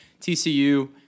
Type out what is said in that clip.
TCU